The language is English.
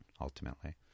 ultimately